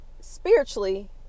spiritually